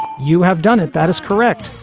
you have done it. that is correct.